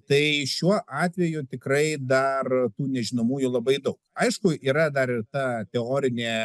tai šiuo atveju tikrai dar tų nežinomųjų labai daug aišku yra dar ir ta teorinė